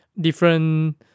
different